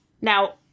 now